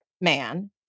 man